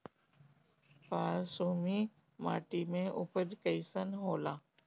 बालसुमी माटी मे उपज कईसन होला?